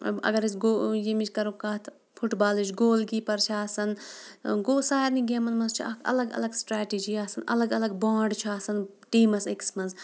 اگر اَسہِ گوٚو ییٚمِچ کَرو کَتھ فُٹہٕ بالٕچ گول کیٖپَر چھِ آسان گوٚو سارنٕے گیمَن منٛز چھِ اَکھ الگ الگ سٹرٛیٹِجی آسان الگ لاگ بونڈ چھُ آسان ٹیٖمَس أکِس منٛز